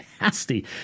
nasty